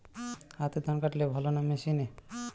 হাতে ধান কাটলে ভালো না মেশিনে?